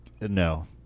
no